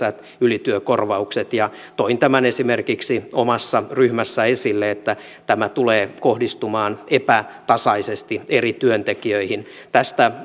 eli sunnuntailisät pyhälisät ylityökorvaukset toin tämän esimerkiksi omassa ryhmässä esille että tämä tulee kohdistumaan epätasaisesti eri työntekijöihin tästä